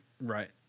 Right